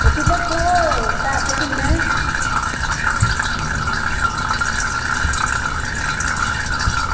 ते भी दस्सो पैसे किन्ने